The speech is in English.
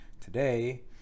today